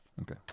Okay